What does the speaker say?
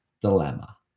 dilemma